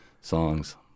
songs